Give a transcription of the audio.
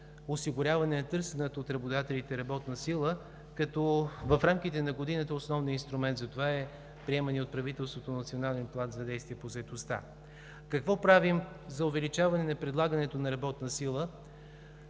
осигуряване на търсена от работодателите работна сила, като в рамките на годината основният инструмент за това е приеманият от правителството Национален план за действие по заетостта. Какво правим за увеличаване на предлагането на работна сила